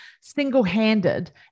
single-handed